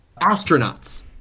astronauts